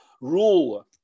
rule